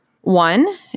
One